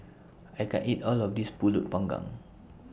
I can't eat All of This Pulut Panggang